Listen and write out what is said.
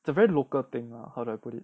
it's a very local thing lah how do I put it